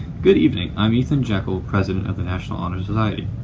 good evening, i'm ethan jekel, president of the national honor society.